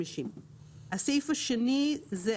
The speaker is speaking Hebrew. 750 שקלים.